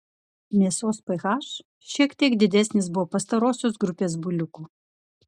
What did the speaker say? mėsos ph šiek tiek didesnis buvo pastarosios grupės buliukų